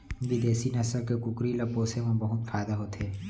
बिदेसी नसल के कुकरी ल पोसे म बहुत फायदा होथे